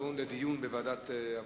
דיון בוועדת העבודה,